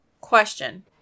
Question